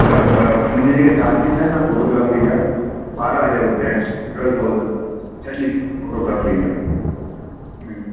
अच्छा त मुंहिंजी जेके चार्जिस आहिनि न फोटोग्राफ़ी जा हू ॿारहां हज़ार रुपया आहिनि ट्वेल्व थाउजंट सॼी फोटोग्राफ़ी जा